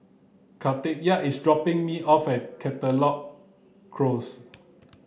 Katharyn is dropping me off at Caldecott Close